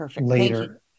later